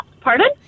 pardon